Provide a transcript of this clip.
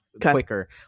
quicker